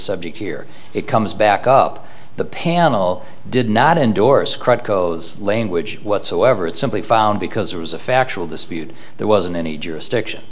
subject here it comes back up the panel did not endorse language whatsoever it simply found because it was a factual dispute there wasn't any jurisdiction